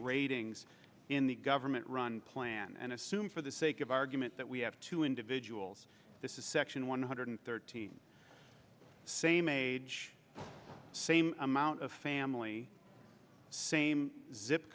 ratings in the government run plan and assume for the sake of argument that we have two individuals this is section one hundred thirteen same age same amount of family same zip